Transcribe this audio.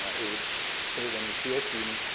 it would save any seal team